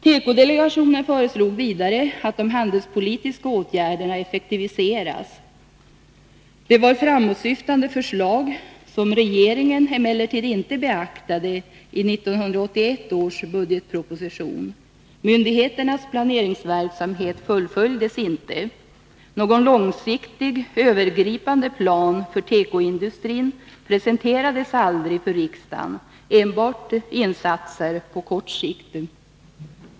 Tekodelegationen föreslog vidare att de handelspolitiska åtgärderna skulle effektiviseras. Det var ett framåtsyftande förslag, som regeringen emellertid inte beaktade i 1981 års budgetproposition. Myndigheternas planeringsverksamhet fullföljdes inte. Någon långsiktig, övergripande plan för tekoindustrin presenterades aldrig för riksdagen. Man föreslog enbart insatser på kort sikt.